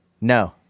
No